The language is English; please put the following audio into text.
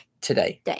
today